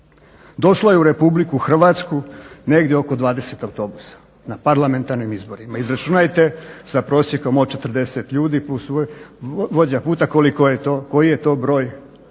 Došlo je u RH negdje oko 20 autobusa na parlamentarnim izborima. Izračunajte sa prosjekom od 40 ljudi plus vođa puta koji je to broj tih